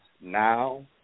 now